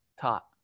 taught